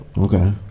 Okay